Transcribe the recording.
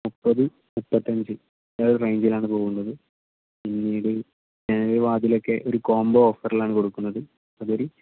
മുപ്പത് മുപ്പത്തഞ്ച് അ റേഞ്ചിലാണ് പോകുന്നത് പിന്നീട് ഞാൻ ഈ വാതിലൊക്കെ ഒരു കോംബോ ഓഫറിലാണ് കൊടുക്കുന്നത് അതൊര്